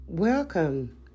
Welcome